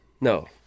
No